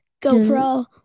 GoPro